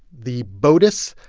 the botus,